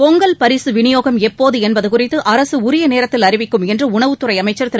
பொங்கல் பரிசு விநியோகம் எப்போது என்பது குறித்து அரசு உரிய நேரத்தில் அறிவிக்கும் என்று உணவுத் துறை அமைச்சர் திரு